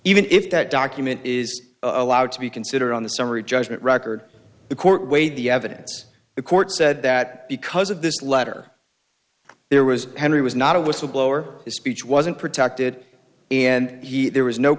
even if that document is allowed to be considered on the summary judgment record the court weighed the evidence the court said that because of this letter there was henry was not a whistleblower his speech wasn't protected and there was no